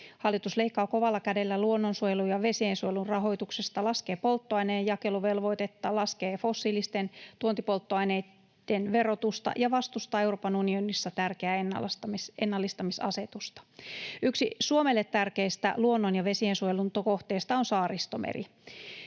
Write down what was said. Hallitus leikkaa kovalla kädellä luonnonsuojelun ja vesiensuojelun rahoituksesta, laskee polttoaineen jakeluvelvoitetta, laskee fossiilisten tuontipolttoaineitten verotusta ja vastustaa Euroopan unionissa tärkeää ennallistamisasetusta. Yksi Suomelle tärkeistä luonnon- ja vesiensuojelun luontokohteista on Saaristomeri.